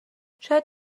شاید